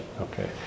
Okay